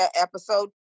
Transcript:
episode